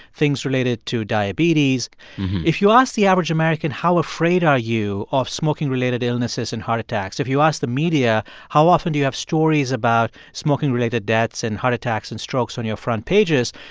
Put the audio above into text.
things related to diabetes if you ask the average american, how afraid are you of smoking-related illnesses and heart attacks, if you ask the media, how often do you have stories about smoking-related deaths and heart attacks and strokes on your front pages,